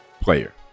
player